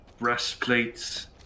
Breastplates